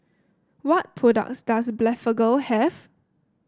what products does Blephagel have